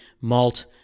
malt